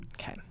Okay